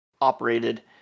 operated